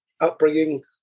upbringing